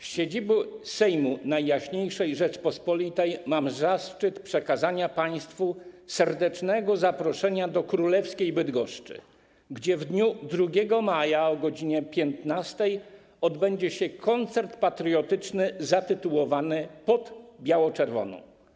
Z siedziby Sejmu Najjaśniejszej Rzeczypospolitej mam zaszczyt przekazać państwu serdeczne zaproszenie do królewskiej Bydgoszczy, gdzie 2 maja o godz. 15 odbędzie się koncert patriotyczny zatytułowany „Pod biało-czerwoną”